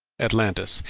atlantis,